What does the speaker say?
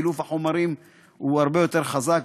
החומרים הוא הרבה יותר חזק,